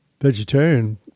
vegetarian